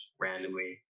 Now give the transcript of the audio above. randomly